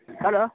hello